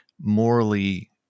morally